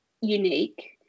unique